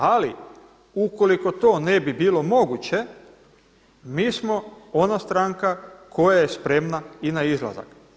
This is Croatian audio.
Ali ukoliko to ne bi bilo moguće, mi smo ona stranka koja je spremna i na izlazak.